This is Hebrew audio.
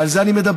ועל זה אני מדבר,